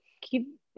keep